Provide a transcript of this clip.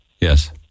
yes